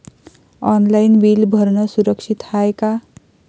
Online bill भरनं सुरक्षित हाय का?